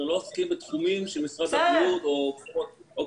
אנחנו לא עוסקים בתחומים שמשרד הבריאות או כוחות